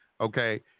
Okay